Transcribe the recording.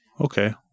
Okay